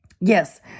Yes